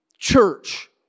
Church